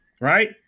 Right